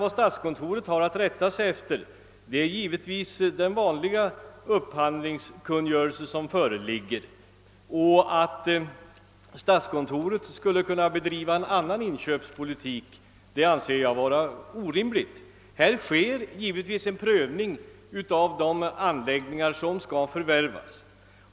Vad statskontoret har att rätta sig efter är naturligtvis den upphandlingskungörelse som föreligger. Att statskontoret skulle kunna bedriva en annan inköpspolitik anser jag vara orimligt. Det sker givetvis en prövning av de anläggningar som skall förvärvas.